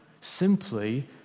simply